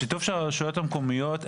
השיתוף של הרשויות המקומיות,